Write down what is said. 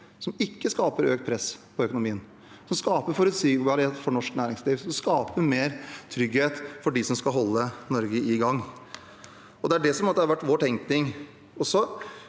som ikke skaper økt press på økonomien, som skaper forutsigbarhet for norsk næringsliv, og som skaper mer trygghet for dem som skal holde Norge i gang. Det er det som har vært vår tenkning.